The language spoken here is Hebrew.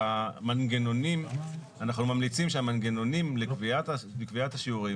אבל אנחנו ממליצים שהמנגנונים לקביעת השיעורים